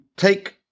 Take